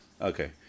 okay